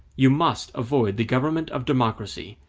you must avoid the government of democracy,